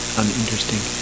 uninteresting